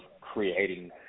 creating